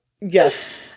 Yes